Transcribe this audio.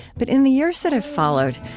but in the years that have followed,